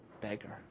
beggar